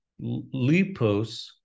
lipos